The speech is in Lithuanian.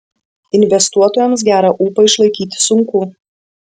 investuotojams gerą ūpą išlaikyti sunku